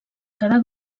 cada